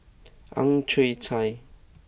Ang Chwee Chai